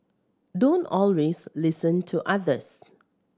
don't always listen to others